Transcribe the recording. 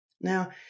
Now